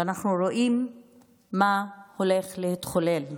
ואנחנו רואים מה הולך להתחולל במדינה,